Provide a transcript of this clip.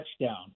touchdown